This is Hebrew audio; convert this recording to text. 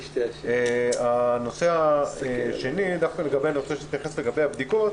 הנושא השני, דווקא לגבי הבדיקות.